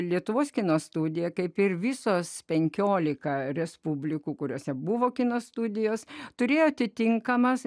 lietuvos kino studiją kaip ir visos penkiolika respublikų kuriose buvo kino studijos turėjo atitinkamą